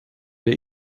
der